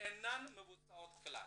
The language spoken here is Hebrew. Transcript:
מהפעולות אינן מבוצעות כלל.